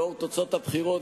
לאור תוצאות הבחירות,